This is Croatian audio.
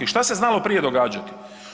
I šta se znalo prije događati?